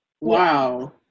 Wow